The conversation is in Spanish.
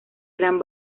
gran